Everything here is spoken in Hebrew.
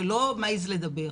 ולא מעז לדבר.